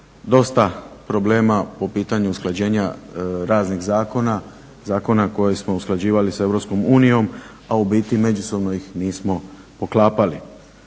dosta problema po pitanju usklađenja raznih zakona, zakona koje smo usklađivali sa Europskom unijom, a u biti međusobni ih nismo poklapali.